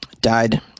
Died